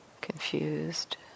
confused